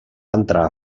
entrar